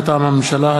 מטעם הממשלה,